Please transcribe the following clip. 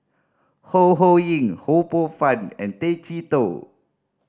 Ho Ho Ying Ho Poh Fun and Tay Chee Toh